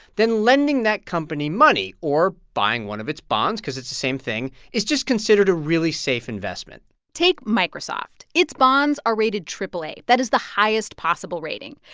then lending that company money or buying one of its bonds cause it's the same thing is just considered a really safe investment take microsoft. its bonds are rated aaa. that is the highest possible rating.